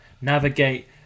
navigate